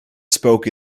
spoke